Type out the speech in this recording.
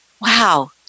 Wow